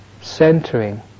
centering